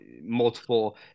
multiple